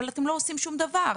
אבל אתם לא עושים שום דבר,